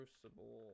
crucible